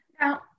Now